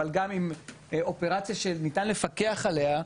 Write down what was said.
אבל גם עם אופרציה שניתן לפקח עליה,